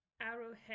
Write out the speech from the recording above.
arrowhead